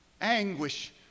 anguish